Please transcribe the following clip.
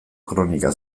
kronika